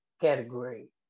category